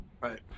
Right